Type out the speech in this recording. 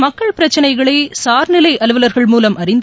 மக்கள் பிரச்சினைகளை சார் நிலை அலுவலகர்கள் மூலம் அறிந்து